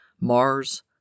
Mars